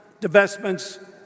divestments